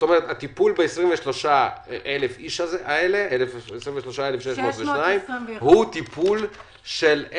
הטיפול ב-23,621 האנשים האלה הוא טיפול שמוודא